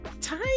time